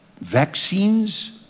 vaccines